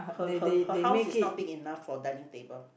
her her her house is not big enough for dining table